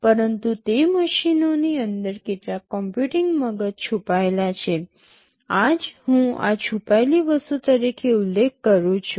પરંતુ તે મશીનોની અંદર કેટલાક કોમ્પ્યુટીંગ મગજ છુપાયેલા છે આ જ હું આ છુપાયેલી વસ્તુ તરીકે ઉલ્લેખ કરું છું